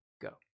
Go